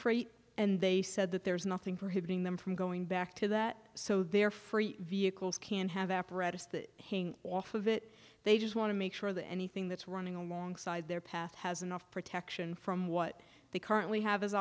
freight and they said that there's nothing for hitting them from going back to that so they're free vehicles can have apparatus that hanging off of it they just want to make sure that anything that's running alongside their path has enough protection from what they currently have